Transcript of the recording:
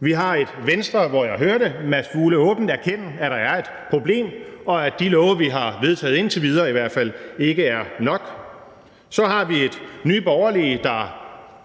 Vi har et Venstre, hvor jeg hørte Mads Fuglede åbent erkende, at der er et problem, og at de love, vi har vedtaget indtil videre, i hvert fald ikke er nok. Så har vi et Nye Borgerlige, der